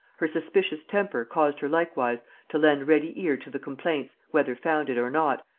her suspicious temper caused her likewise to lend ready ear to the complaints, whether founded or not,